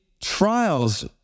trials